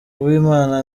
uwimana